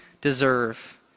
deserve